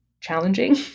challenging